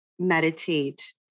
Meditate